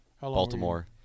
baltimore